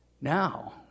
Now